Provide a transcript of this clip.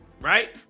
Right